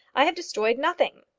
i have destroyed nothing.